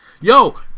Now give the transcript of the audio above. Yo